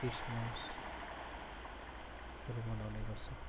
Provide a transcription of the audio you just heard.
क्रिसमसहरू मनाउने गर्छ